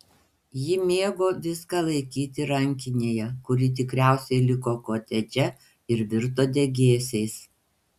ji mėgo viską laikyti rankinėje kuri tikriausiai liko kotedže ir virto degėsiais